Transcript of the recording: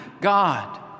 God